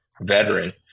veteran